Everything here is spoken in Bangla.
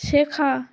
শেখা